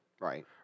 Right